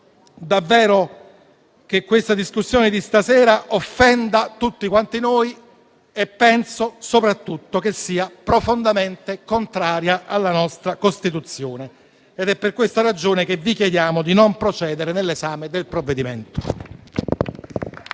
davvero che la discussione di stasera offenda tutti quanti noi e penso soprattutto che sia profondamente contraria alla nostra Costituzione. È per questa ragione che vi chiediamo di non procedere all'esame del provvedimento.